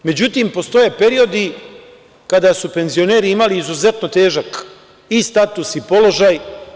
Međutim, postoje periodi kada su penzioneri imali izuzetno težak i status i položaj.